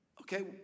Okay